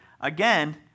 again